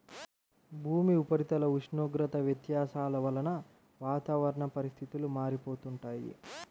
భూమి ఉపరితల ఉష్ణోగ్రత వ్యత్యాసాల వలన వాతావరణ పరిస్థితులు మారిపోతుంటాయి